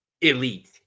elite